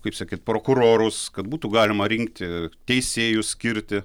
kaip sakyt prokurorus kad būtų galima rinkti teisėjus skirti